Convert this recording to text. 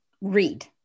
read